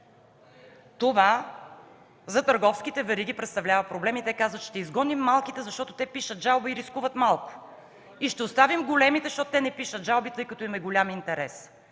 Това за търговските вериги представлява проблем и те казват: „Ще изгоним малките, защото те пишат жалба и рискуват малко. Ще оставим големите, защото те не пишат жалби, тъй като интересът